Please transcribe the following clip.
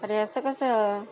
अरे असं कसं